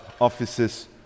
offices